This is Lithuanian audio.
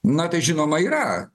na tai žinoma yra